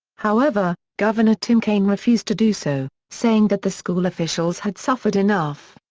however, governor tim kaine refused to do so, saying that the school officials had suffered enough.